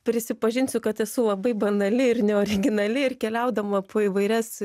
prisipažinsiu kad esu labai banali ir neoriginali ir keliaudama po įvairias